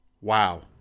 wow